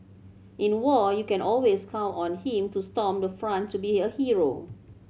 in war you can always count on him to storm the front to be a hero